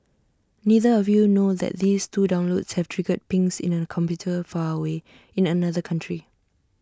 neither of you know that these two downloads have triggered pings in A computer far away in another country